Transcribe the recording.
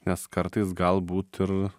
nes kartais galbūt ir